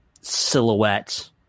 silhouette